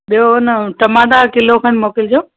ॿियो न टमाटा किलो खनि मोकिलिजो